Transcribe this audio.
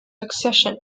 accession